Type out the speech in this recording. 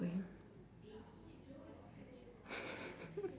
~r him